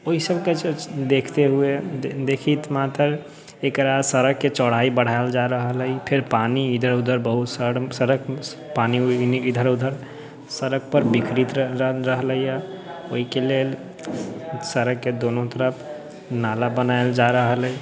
ओइसबके देखते हुवे देखिते मातर एकरा सड़कके चौड़ाइ बढ़ायल जा रहल अइ फेर पानि ईधर उधर बहुत सड़क पानि उनी ईधर उधर सड़कपर बिखरैत रहलैय ओइकेलेल सड़कके दुनू तरफ नाला बनायल जा रहल हइ